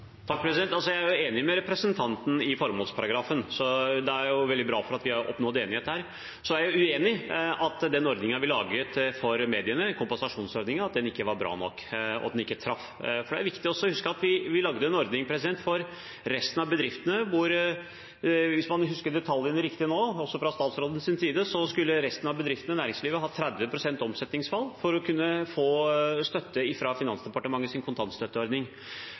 Jeg er enig med representanten om formålsparagrafen, og det er veldig bra at vi har oppnådd enighet der. Så er jeg uenig i at den ordningen vi laget for mediene, kompensasjonsordningen, ikke var bra nok og ikke traff. Det er viktig å huske at vi også lagde en ordning for resten av bedriftene i næringslivet hvor – hvis man husker detaljene riktig nå, også fra statsrådens side – disse bedriftene skulle ha 30 pst. omsetningsfall for å kunne få støtte fra Finansdepartementets kontantstøtteordning.